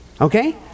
okay